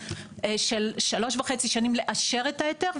של שלוש וחצי שני לאשר את ההיתר,